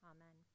Amen